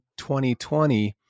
2020